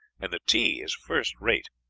and the tea is first rate.